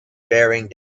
bearing